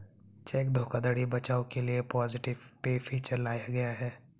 check धोखाधड़ी बचाव के लिए पॉजिटिव पे फीचर लाया गया है